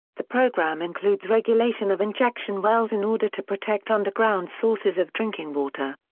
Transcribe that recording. the program includes regulation of injection wells in order to protect underground sources of drinking water.